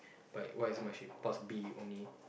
but why is must be path B only